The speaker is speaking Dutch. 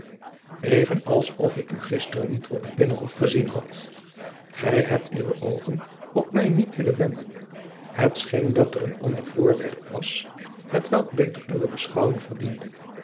als of ik u gisteren niet op t binnenhof gezien had gij hebt uwe oogen op mij niet willen wenden het scheen dat er een ander voorwerp was hetwelk beter uwe beschouwing verdiende